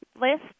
list